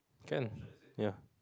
can ya